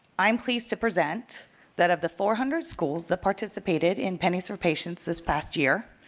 i am pleased to present that of the four hundred schools that participated in pennies for patients this last year,